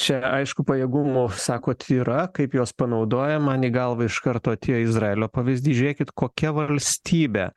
čia aišku pajėgumų sakot yra kaip juos panaudoja man į galvą iš karto tie izraelio pavyzdy žiūrėkit kokia valstybė